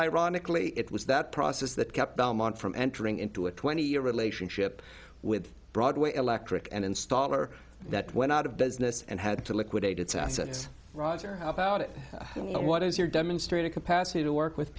ironically it was that process that kept belmont from entering into a twenty year relationship with broadway electric an installer that went out of business and had to lick a date it's a sense roger how about it and what is your demonstrated capacity to work with